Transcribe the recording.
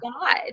God